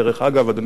אדוני היושב-ראש,